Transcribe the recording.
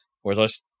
Whereas